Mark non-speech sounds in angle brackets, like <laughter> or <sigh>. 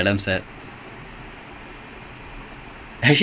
ya because it was the only good ya <laughs>